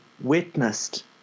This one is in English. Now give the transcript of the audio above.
witnessed